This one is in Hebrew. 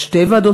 שתי ועדות